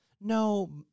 No